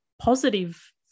positive